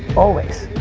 always,